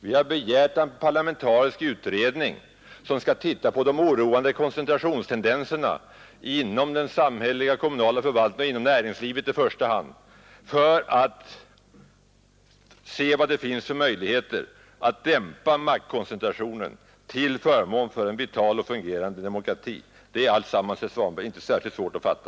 Vi har begärt en parlamentarisk utredning som skall titta på de oroande koncentrationstendenserna inom den samhälleliga och kommunala förvaltningen och inom näringslivet i första hand, för att se vad det finns för möjligheter att dämpa maktkoncentrationen till förmån för en vital och fungerande demokrati. Detta är, herr Svanberg, enkelt och inte särskilt svårt att fatta.